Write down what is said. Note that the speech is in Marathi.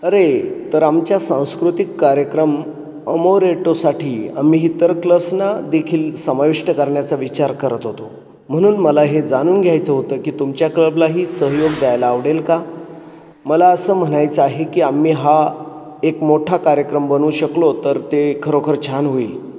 अरे तर आमच्या सांस्कृतिक कार्यक्रम अमोरेटोसाठी आम्ही इतर क्लब्सना देखील समाविष्ट करण्याचा विचार करत होतो म्हणून मला हे जाणून घ्यायचं होतं की तुमच्या क्लबलाही सहयोग द्यायला आवडेल का मला असं म्हणायचं आहे की आम्ही हा एक मोठा कार्यक्रम बनवू शकलो तर ते खरोखर छान होईल